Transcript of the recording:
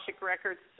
Records